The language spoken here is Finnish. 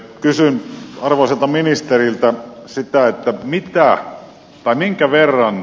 kysyn arvoisalta ministeriltä sitä mitä vain minkä verran